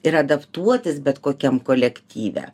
ir adaptuotis bet kokiam kolektyve